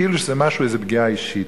כאילו זו איזו פגיעה אישית.